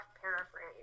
paraphrase